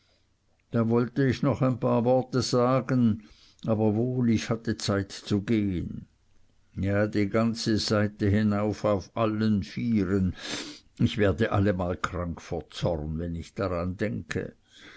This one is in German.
da wollte ich noch ein paar worte sagen aber wohl ich hatte zeit zu gehen ja die ganze seite hinauf auf allen vieren ich werde allemal krank vor zorn wenn ich daran denke